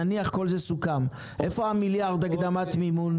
נניח שכל זה סוכם, איפה המיליארד הקדמת מימון?